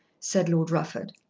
said lord rufford.